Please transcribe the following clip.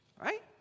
right